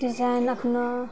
design अखनो